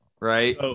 right